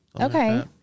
Okay